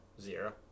Zero